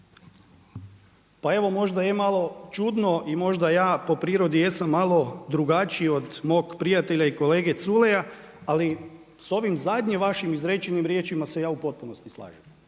Pa evo možda je malo čudno i možda ja po prirodi jesam malo drugačiji od mog prijatelja i kolege Culeja, ali sa ovim zadnjim vašim izrečenim riječima se ja u potpunosti slažem.